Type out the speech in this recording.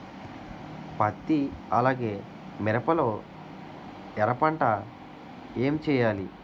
పత్తి అలానే మిరప లో ఎర పంట ఏం వేయాలి?